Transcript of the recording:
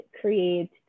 create